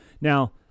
Now